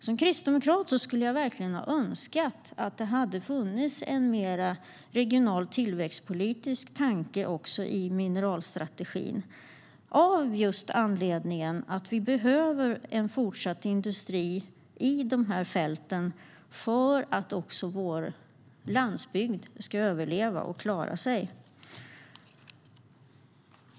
Som kristdemokrat önskar jag verkligen att det hade funnits mer av en regional tillväxtpolitisk tanke också i mineralstrategin - av anledningen att vi behöver en fortsatt industri på de här fälten för att vår landsbygd ska överleva och klara sig.